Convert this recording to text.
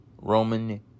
Roman